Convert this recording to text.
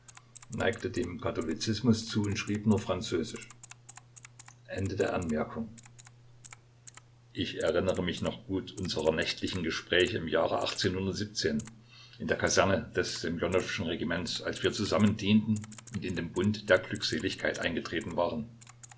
dem katholizismus zu und schrieb nur französisch anm d übers ich erinnere mich noch gut unserer nächtlichen gespräche im jahre in der kaserne des ssemjonowschen regiments als wir zusammen dienten und in den bund der glückseligkeit eingetreten waren